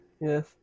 Yes